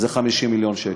50 מיליון שקל.